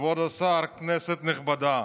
כבוד השר, כנסת נכבדה,